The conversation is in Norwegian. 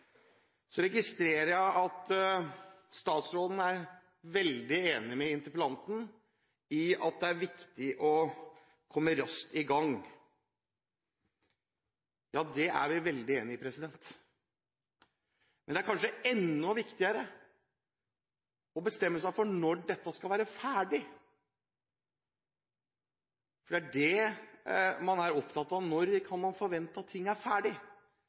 Så registrerer jeg at statsråden er veldig enig med interpellanten i at det er viktig å komme raskt i gang. Ja, det er vi veldig enig i. Men det er kanskje enda viktigere å bestemme seg for når dette skal være ferdig. Det er det man er opptatt av. Når kan man forvente at ting er ferdig?